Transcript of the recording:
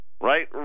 right